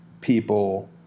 people